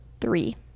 three